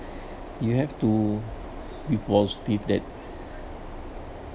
you have to be positive that